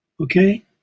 Okay